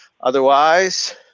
Otherwise